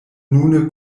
nune